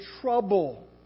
trouble